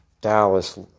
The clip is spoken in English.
Dallas